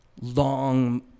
long